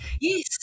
Yes